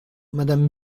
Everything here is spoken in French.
madame